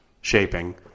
shaping